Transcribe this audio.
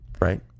Right